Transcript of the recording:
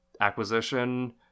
acquisition